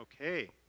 okay